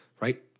right